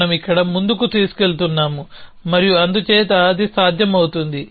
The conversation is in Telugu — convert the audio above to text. మనం ఇక్కడ ముందుకు తీసుకెళ్తున్నాము మరియు అందుచేత అది సాధ్యమవు తుంది